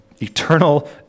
eternal